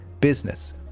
Business